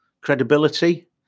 credibility